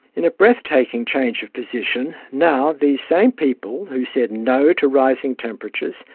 in a breath-taking change of position, now these same people who said no to rising temperatures,